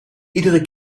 iedere